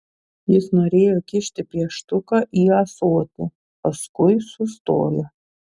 jis norėjo kišti pieštuką į ąsotį paskui sustojo